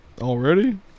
Already